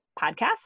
podcast